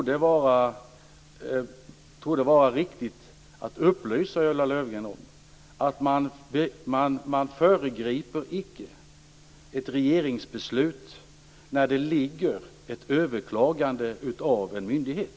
Det torde vara riktigt att upplysa Ulla Löfgren om att man icke föregriper ett regeringsbeslut när det ligger ett överklagande av en myndighet.